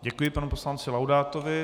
Děkuji panu poslanci Laudátovi.